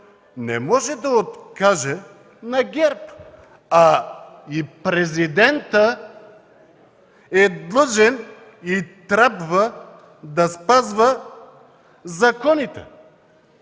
не може да откаже на ГЕРБ. Президентът е длъжен и трябва да спазва законите!